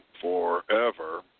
forever